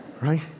right